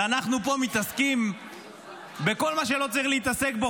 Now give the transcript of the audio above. ואנחנו פה מתעסקים בכל מה שלא צריך להתעסק בו,